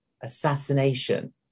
assassination